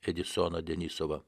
edisoną denisovą